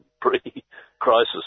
pre-crisis